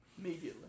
Immediately